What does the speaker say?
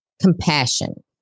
compassion